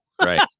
right